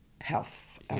health